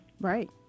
right